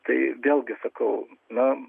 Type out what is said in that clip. tai vėlgi sakau na